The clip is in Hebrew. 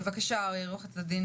בבקשה, עורכת דין